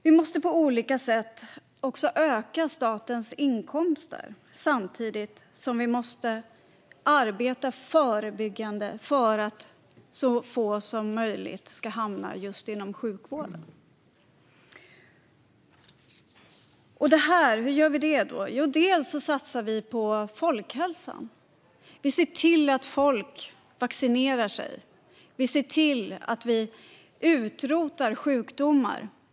Vi måste på olika sätt också öka statens inkomster, samtidigt som vi måste arbeta förebyggande för att så få som möjligt ska hamna just inom sjukvården. Hur gör vi detta? Vi satsar på folkhälsan genom att se till att folk vaccinerar sig och genom att utrota sjukdomar.